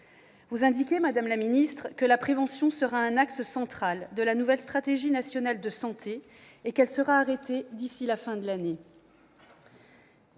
Vous indiquez, madame la ministre, que la prévention sera un axe central de la nouvelle stratégie nationale de santé et qu'elle sera arrêtée d'ici à la fin de l'année.